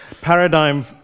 paradigm